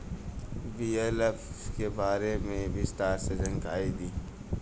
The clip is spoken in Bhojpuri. बी.एल.एफ के बारे में विस्तार से जानकारी दी?